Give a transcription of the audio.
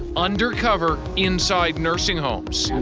undercover inside nursing homes.